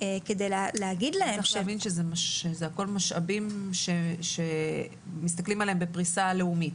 צריך להבין שזה הכול משאבים שמסתכלים עליהם בפריסה לאומית.